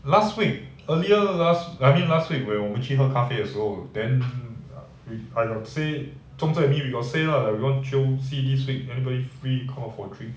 last week earlier last I mean last week when 我们去喝咖啡的时候 then with I got say zhong zhen and me we got say lah we want jio see this week anybody free call for drinks